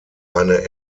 eine